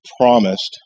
promised